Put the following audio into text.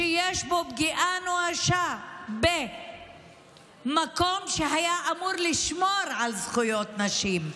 שיש בו פגיעה אנושה במקום שהיה אמור לשמור על זכויות נשים,